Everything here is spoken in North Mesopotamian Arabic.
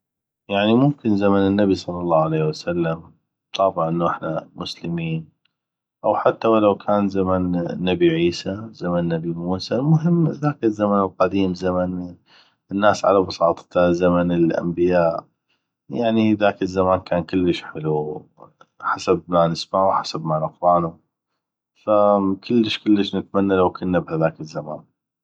يعني ممكن زمن النبي صلى الله عليه وسلم طابع انو احنا مسلمين أو حته ولوكان زمن النبي عيسى النبي موسى المهم هذاك الزمن القديم زمن الناس على بساطته زمن الانبياء يعني هذاك الزمان كان كلش حلو حسب ما نسمعو حسب ما نقرانو ف كلش كلش نتمنى لو كنا بهذاك الزمان